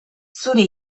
zuri